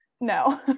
No